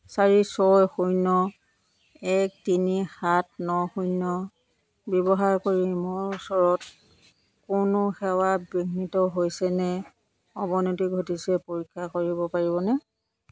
চাৰি ছয় শূন্য এক তিনি সাত ন শূন্য ব্যৱহাৰ কৰি মোৰ ওচৰত কোনো সেৱা বিঘ্নিত হৈছেনে অৱনতি ঘটিছে পৰীক্ষা কৰিব পাৰিবনে